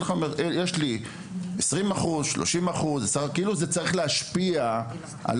לך זה שיש לו 20% או 30%. כאילו שזה צריך להשפיע על